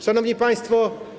Szanowni Państwo!